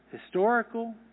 historical